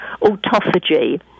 autophagy